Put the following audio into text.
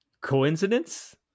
Coincidence